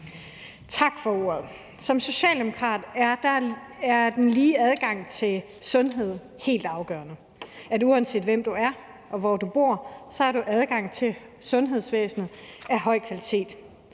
Tak for ordet. Som socialdemokrat er den lige adgang til sundhed helt afgørende. Uanset hvem du er og hvor du bor, skal du have adgang til et sundhedsvæsen af høj kvalitet.